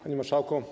Panie Marszałku!